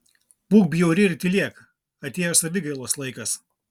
būk bjauri ir tylėk atėjo savigailos laikas